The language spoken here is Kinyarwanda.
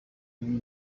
ibi